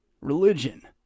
religion